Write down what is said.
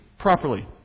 properly